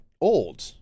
old